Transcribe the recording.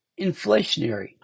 inflationary